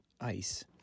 ice